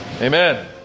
Amen